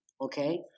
Okay